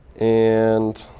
and